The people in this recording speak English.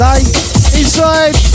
Inside